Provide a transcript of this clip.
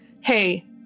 hey